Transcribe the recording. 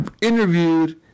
interviewed